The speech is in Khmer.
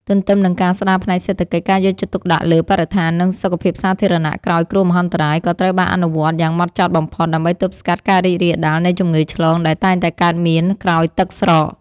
ទន្ទឹមនឹងការស្ដារផ្នែកសេដ្ឋកិច្ច ការយកចិត្តទុកដាក់លើបរិស្ថាន និងសុខភាពសាធារណៈក្រោយគ្រោះមហន្តរាយ ក៏ត្រូវបានអនុវត្តយ៉ាងហ្មត់ចត់បំផុត ដើម្បីទប់ស្កាត់ការរីករាលដាលនៃជំងឺឆ្លងដែលតែងតែកើតមានក្រោយទឹកស្រក។